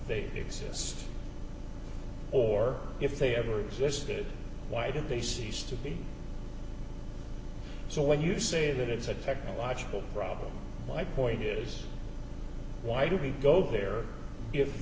they exist or if they ever existed why did they cease to be so when you say that it's a technological problem my point is why do we go there if